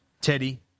Teddy